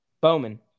Bowman